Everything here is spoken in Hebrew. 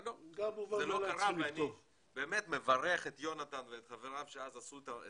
אבל זה לא קרה ואני באמת מברך את יונתן ואת חבריו שעשו אז את